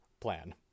plan